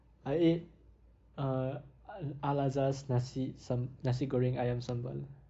I ate uh al~ al azhar's nasi sam~ nasi goreng ayam sambal